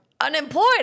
unemployed